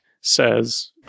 says